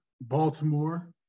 Baltimore